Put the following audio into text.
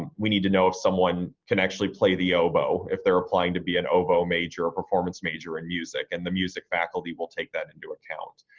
um we need to know if someone can actually play the oboe if they're applying to be an oboe major or performance major in music, and the music faculty will take that into account.